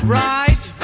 right